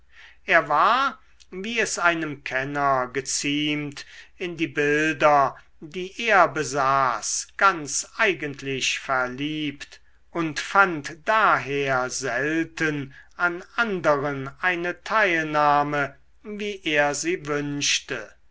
er war wie es einem kenner geziemt in die bilder die er besaß ganz eigentlich verliebt und fand daher selten an anderen eine teilnahme wie er sie wünschte